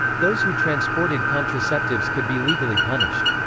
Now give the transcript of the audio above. those who transported contraceptives could be legally punished.